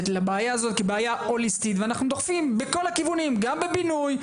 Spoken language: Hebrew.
לבעיה הזאת כבעיה הוליסטית ואנחנו דוחפים בכל הכיוונים - בבינוי,